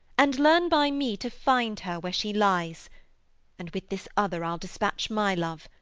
and learn by me to find her where she lies and with this other i'll dispatch my love,